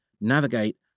navigate